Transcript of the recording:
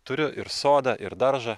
turiu ir sodą ir daržą